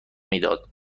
میداد